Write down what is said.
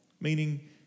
meaning